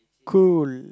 cool